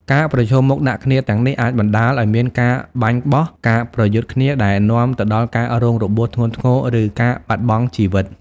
ការប្រឈមមុខដាក់គ្នាទាំងនេះ អាចបណ្ដាលឲ្យមាន ការបាញ់បោះ ការប្រយុទ្ធគ្នា ដែលនាំទៅដល់ការរងរបួសធ្ងន់ធ្ងរ ឬការបាត់បង់ជីវិត។